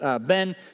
ben